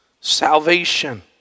salvation